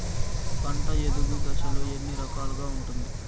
పంట ఎదుగు దశలు ఎన్ని రకాలుగా ఉంటుంది?